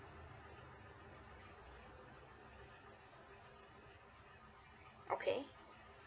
okay